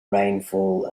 rainfall